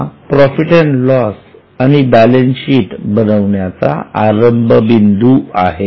हा profit and loss आणि balance sheet बनवण्याचा आरंभबिंदू आहे